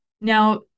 Now